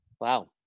Wow